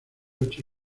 ocho